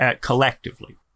collectively